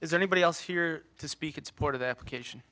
is anybody else here to speak in support of the application